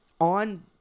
on